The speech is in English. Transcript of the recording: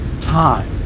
time